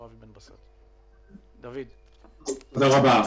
דוד, בבקשה.